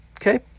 Okay